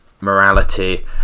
morality